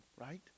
right